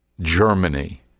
Germany